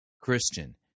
Christian